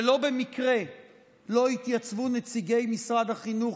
שלא במקרה לא התייצבו נציגי משרד החינוך